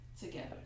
together